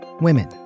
women